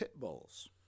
Pitbulls